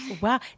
wow